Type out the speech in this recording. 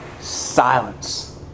Silence